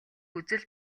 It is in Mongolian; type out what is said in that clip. үзэл